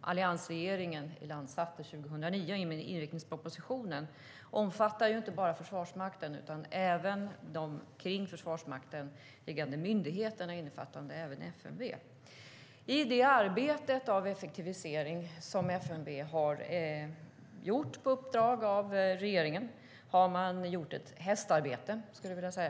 alliansregeringen sjösatte 2009 i och med inriktningspropositionen, omfattar inte bara Försvarsmakten utan även de kring Försvarsmakten liggande myndigheterna, inklusive FMV. I det effektiviseringsarbete som FMV har gjort på uppdrag av regeringen har man gjort ett hästjobb, skulle jag vilja säga.